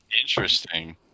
Interesting